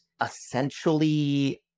essentially